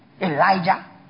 Elijah